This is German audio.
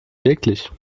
wirklich